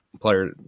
player